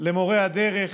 במורה הדרך